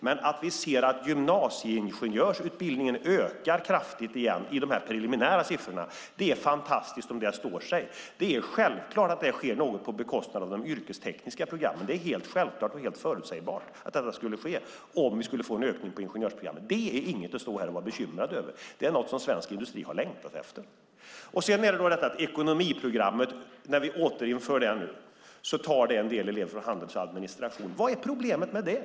Men att vi ser att gymnasieingenjörsutbildningen ökar kraftigt igen i de preliminära siffrorna är fantastiskt, om det står sig. Det är självklart att det sker något på bekostnad av de yrkestekniska programmen. Det var helt förutsägbart att detta skulle ske om vi fick en ökning på ingenjörsprogrammet. Det är inget att stå här och vara bekymrad över. Det är något som svensk industri har längtat efter. Sedan är det detta att när vi nu återinför ekonomiprogrammet tar det en del elever från handel och administration. Vad är problemet med det?